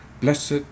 Blessed